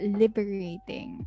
liberating